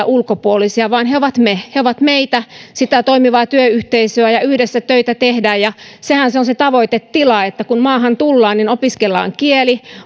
ulkopuolisia vaan he ovat me he ovat meitä sitä toimivaa työyhteisöä ja yhdessä töitä tehdään ja sehän se on se tavoitetila että kun maahan tullaan niin opiskellaan kieli